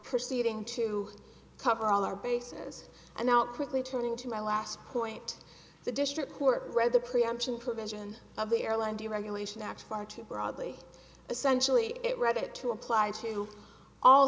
perceiving to cover all our bases and now quickly turning to my last point the district court read the preemption provision of the airline deregulation acts for two broadly essentially it read it to apply to all